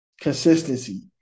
Consistency